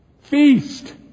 Feast